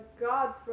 god